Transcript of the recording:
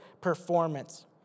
performance